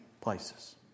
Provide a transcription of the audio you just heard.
places